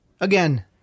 Again